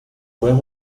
pueden